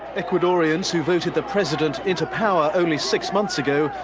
ecuadorians who voted the president into power only six months ago,